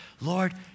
Lord